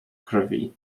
krwi